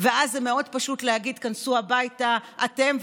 ואז זה מאוד פשוט להגיד: תיכנסו הביתה אתם,